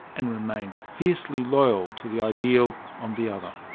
and remain fiercely loyal to the ideal on the other.